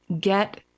get